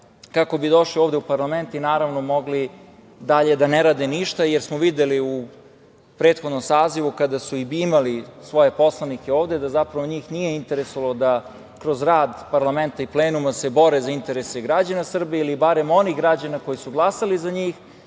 kako bi došli ovde u parlament i naravno mogli dalje da ne rade ništa. Videli smo u prethodnom sazivu kada su i imali svoje poslanike ovde, da zapravo njih i nije interesovalo da kroz rad parlamenta i plenuma se bore za interese građana Srbije ili barem onih građana koji su glasali za njih.